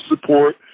support